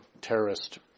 terrorist